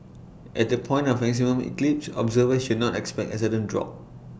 at the point of maximum eclipse observers should not expect A sudden drop